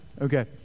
Okay